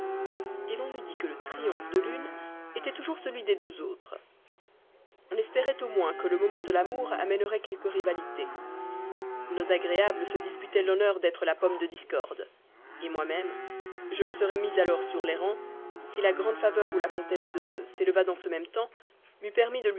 forte l'on eût dit que le triomphe de l'une était toujours celui des deux autres on espérait au moins que le moment de l'amour amènerait quelque rivalité nos plus agréables se disputaient l'honneur d'être la pomme de discorde moi-même je me serais mis alors sur les rangs si la grande faveur où la comtesse de s'éleva dans ce même temps m'eût permis de